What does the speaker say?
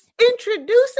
Introducing